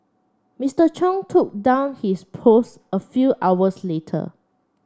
Mister Chung took down his posts a few hours later